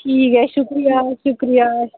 ठीक ऐ शुक्रिया शुक्रिया